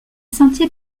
sentiers